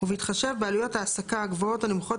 ובתחשב בעלויות העסקה גבוהות או נמוכות